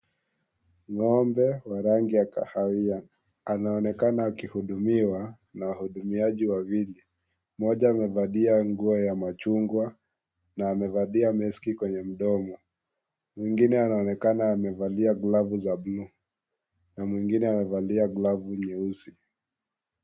Ng'ombe wa rangi ya kahawia, anaonekana akihudumiwa na wahudumiaji wawili. Mmoja amevalia nguo ya machungwa, na amevalia meski kwenye mdomo. Mwingine anaonekana amevalia glavu za bluu, na mwigine amevalia glavu nyeusi.